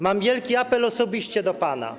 Mam wielki apel osobiście do pana.